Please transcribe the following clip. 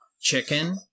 chicken